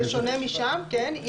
זה שונה משם, כן.